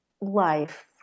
life